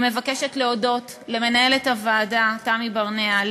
אני מבקשת להודות למנהלת הוועדה תמי ברנע,